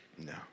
no